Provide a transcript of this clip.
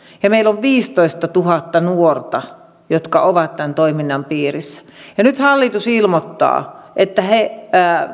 ja meillä on viisitoistatuhatta nuorta jotka ovat tämän toiminnan piirissä nyt hallitus ilmoittaa että he